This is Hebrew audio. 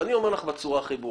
אני אומר לך בצורה הכי ברורה: